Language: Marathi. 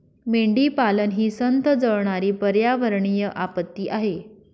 मेंढीपालन ही संथ जळणारी पर्यावरणीय आपत्ती आहे